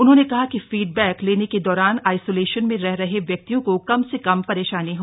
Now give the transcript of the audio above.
उन्होंने कहा कि फीडबैक लेने के दौरान आइसोलेशन में रह रहे व्यक्ति को कम से कम परेशानी हो